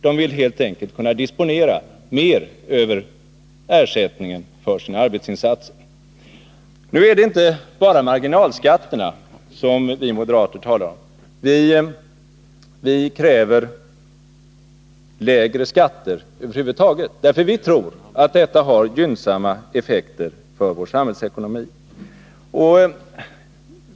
De vill helt enkelt kunna disponera över en större del av ersättningen för sina arbetsinsatser. Det är nu inte bara marginalskatterna som vi moderater talar om. Vi kräver lägre skatter över huvud taget, därför att vi tror att detta har gynnsamma effekter för vår samhällsekonomi.